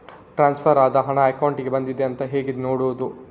Transfer ಆದ ಹಣ ಅಕೌಂಟಿಗೆ ಬಂದಿದೆ ಅಂತ ಹೇಗೆ ನೋಡುವುದು?